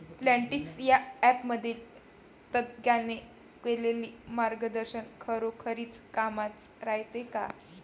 Plantix या ॲपमधील तज्ज्ञांनी केलेली मार्गदर्शन खरोखरीच कामाचं रायते का?